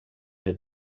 had